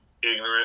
ignorant